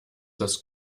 das